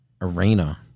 Arena